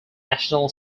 national